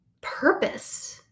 purpose